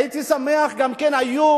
הייתי שמח גם אם הם היו